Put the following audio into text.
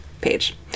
page